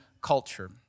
culture